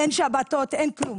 אין שבתות, אין כלום.